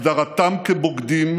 הגדרתם כבוגדים,